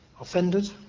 offended